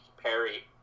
Perry